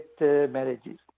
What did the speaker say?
marriages